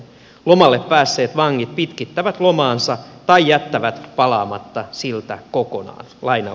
lomalle päässeet vangit pitkittävät lomaansa tai jättävät palaamatta siltä kokonaan